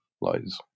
lies